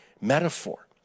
metaphor